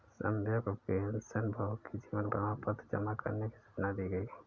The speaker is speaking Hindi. संध्या को पेंशनभोगी जीवन प्रमाण पत्र जमा करने की सूचना दी गई